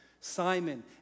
Simon